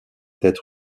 être